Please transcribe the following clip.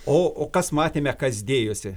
o kas matėme kas dėjosi